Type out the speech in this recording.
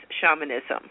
shamanism